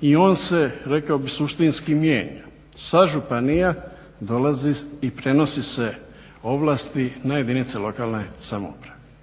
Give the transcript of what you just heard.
i on se rekao bih suštinski mijenja. Sa županija dolazi i prenosi se ovlasti na jedinice lokalne samouprave